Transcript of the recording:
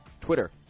Twitter